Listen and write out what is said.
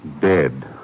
Dead